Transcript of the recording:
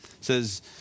says